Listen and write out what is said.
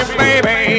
baby